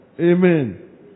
Amen